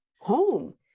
home